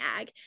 ag